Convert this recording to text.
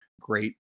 great